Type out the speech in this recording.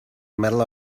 medal